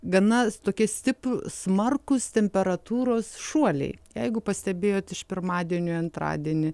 gana tokie stip smarkūs temperatūros šuoliai jeigu pastebėjot iš pirmadienio į antradienį